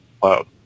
cloud